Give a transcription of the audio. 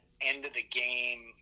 end-of-the-game